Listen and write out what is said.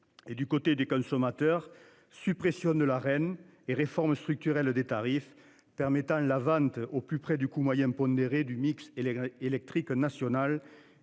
Et du côté des consommateurs, suppression de la reine et réforme structurelle des tarifs permettant la vente au plus près du coût moyen pondéré du mix électrique électrique